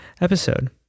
episode